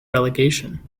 relegation